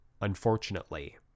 Unfortunately